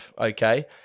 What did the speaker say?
Okay